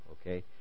okay